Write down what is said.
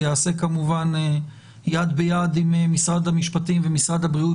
שייעשה כמובן יד ביד עם משרד המשפטים ומשרד הבריאות,